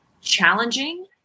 challenging